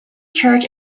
church